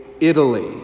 Italy